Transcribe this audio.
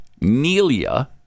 Nelia